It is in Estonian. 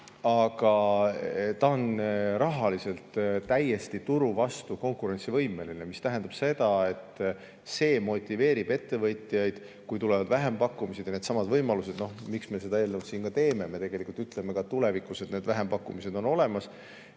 aga ta on rahaliselt täiesti turu vastu konkurentsivõimeline. See tähendab seda, et see motiveerib ettevõtjaid, kui tulevad vähempakkumised ja needsamad võimalused. Miks me seda eelnõu siin teeme? Me tegelikult ütleme ka tulevikus, et need vähempakkumised on olemas,